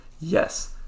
yes